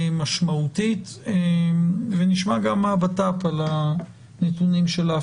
משמעותית וגם נשמע מהמשרד לביטחון פנים את הנתונים לגבי